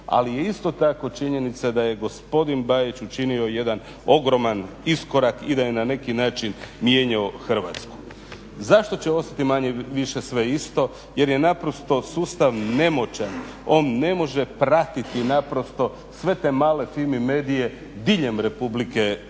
Ali je isto tako činjenica da je gospodin Bajić učinio jedan ogroman iskorak i da je na neki način mijenjao Hrvatsku. Zašto će ostati manje-više sve isto, jer je naprosto sustav nemoćan, on ne može pratiti naprosto sve te male Fimi medie diljem Republike Hrvatske.